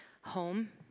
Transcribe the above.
home